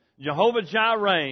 Jehovah-Jireh